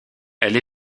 elle